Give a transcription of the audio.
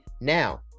Now